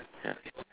ya